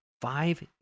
five